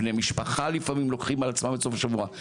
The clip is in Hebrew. בני משפחה לפעמים לוקחים על עצמם את אותו סוף השבוע.